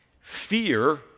Fear